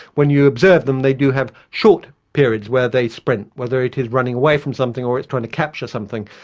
when you observe them they do have short periods where they sprint, whether it is running away from something or it's trying to capture something,